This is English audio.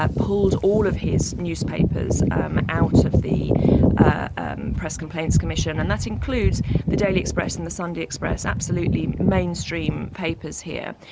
pulled all of his newspapers um out of the and press complaints commission, and that includes the daily express and the sunday express absolutely mainstream papers here.